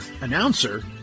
Announcer